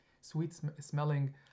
Sweet-smelling